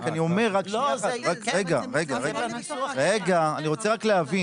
אבל אני רק רוצה להבין: